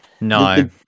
no